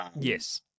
Yes